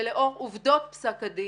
ולאור עובדות פסק הדין,